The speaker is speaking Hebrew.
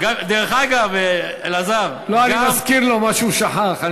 דרך אגב, אלעזר, לא, אני מזכיר לו מה שהוא שכח.